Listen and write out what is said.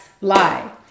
lie